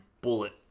Bullet